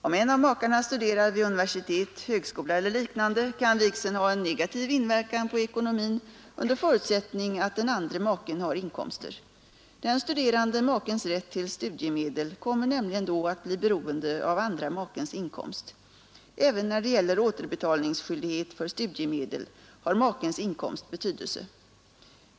Om en av makarna studerar vid universitet, högskola eller liknande, kan vigseln ha en negativ inverkan på ekonomin under förutsättning att den andre maken har inkomster. Den studerande makens rätt till studiemedel kommer nämligen då att bli beroende av andra makens inkomst. Även när det gäller återbetalningsskyldighet för studiemedel har makens inkomst betydelse.